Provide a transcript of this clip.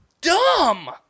dumb